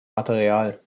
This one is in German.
material